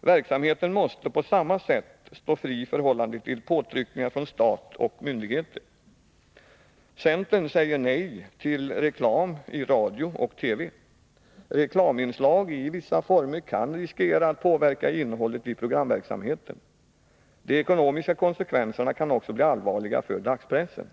Verksamheten måste på samma sätt stå fri i förhållande till påtryckningar från stat och myndigheter. Centern säger nej till reklam i radio och TV. Reklaminslag i vissa former kan riskera att påverka innehållet i programverksamheten. De ekonomiska konsekvenserna kan också bli allvarliga för dagspressen.